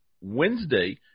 Wednesday